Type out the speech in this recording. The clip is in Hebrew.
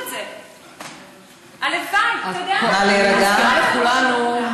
אני מזכירה לכולנו,